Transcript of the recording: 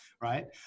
right